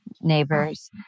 neighbors